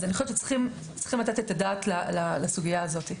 אז אני חושבת שצריכים לתת את הדעת לסוגיה הזאת.